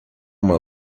uma